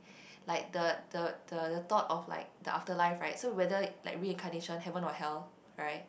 like the the the the thought of like the after life right so whether like reincarnation heaven or hell right